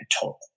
total